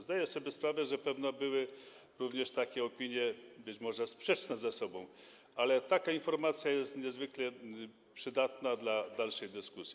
Zdaję sobie sprawę, że pewno były także opinie być może sprzeczne ze sobą, ale taka informacja jest niezwykle przydatna dla dalszej dyskusji.